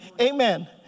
Amen